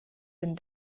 denn